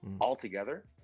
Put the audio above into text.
altogether